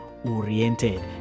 oriented